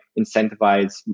incentivize